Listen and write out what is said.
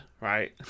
right